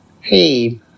Hey